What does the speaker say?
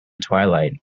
twilight